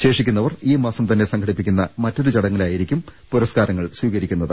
ശേഷി ക്കുന്നവർ ഈ മാസം തന്നെ സംഘടിപ്പിക്കുന്ന മറ്റൊരു ചടങ്ങിലാ യിരിക്കും പുരസ്കാരങ്ങൾ സ്വീകരിക്കുന്നത്